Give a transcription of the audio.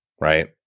right